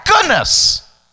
goodness